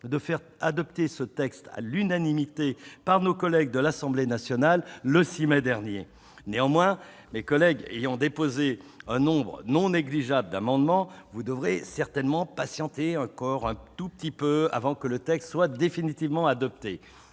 de faire adopter ce texte à l'unanimité par l'Assemblée nationale, le 6 mai dernier. Néanmoins, mes collègues ayant déposé un nombre non négligeable d'amendements, vous devrez certainement patienter encore un peu avant que le texte soit définitivement adopté.